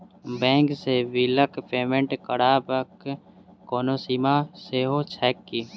Bank सँ बिलक payment करबाक कोनो सीमा सेहो छैक की?